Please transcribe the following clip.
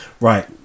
right